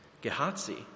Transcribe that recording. Gehazi